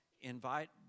Invite